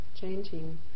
changing